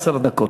עשר דקות.